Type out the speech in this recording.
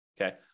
okay